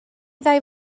ddau